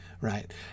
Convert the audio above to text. Right